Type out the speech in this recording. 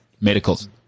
medicals